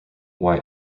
why